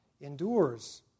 endures